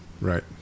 Right